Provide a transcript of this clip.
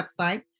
website